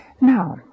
Now